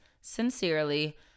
sincerely